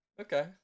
Okay